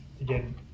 again